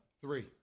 Three